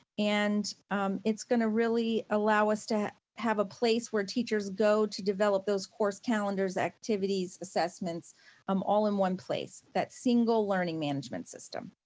and it's gonna really allow us to have a place where teachers go to develop those course calendars, activities, assessments um all in one place, that single learning management system.